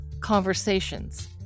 Conversations